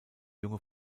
junge